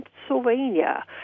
Pennsylvania